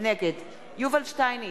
נגד יובל שטייניץ,